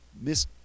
miss